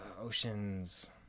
Oceans